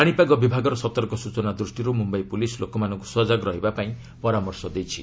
ପାଣିପାଗ ବିଭାଗର ସତର୍କ ସୂଚନା ଦୃଷ୍ଟିରୁ ମୁମ୍ବାଇ ପୁଲିସ୍ ଲୋକମାନଙ୍କୁ ସଜାଗ ରହିବା ପାଇଁ ପରାମର୍ଶ ଦେଇଛି